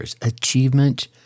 achievement